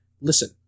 Listen